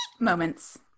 moments